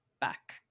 back